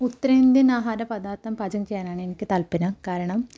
ഉത്തരേന്ത്യൻ ആഹാര പദാർത്ഥം പാചകം ചെയ്യാനാണ് എനിക്ക് താല്പര്യം കാരണം